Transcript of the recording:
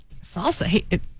Salsa